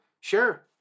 sure